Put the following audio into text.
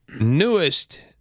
newest